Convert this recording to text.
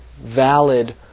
valid